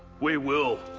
we will.